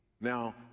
now